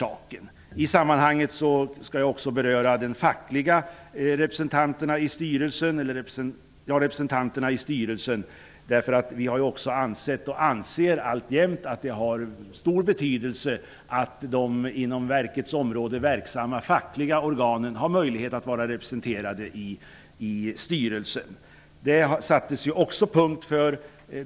I detta sammanhang vill jag också beröra de fackliga representanterna i styrelsen. Vi anser att det är av stor betydelse att de inom verkets område verksamma fackliga organen har möjlighet att vara representerade i styrelsen.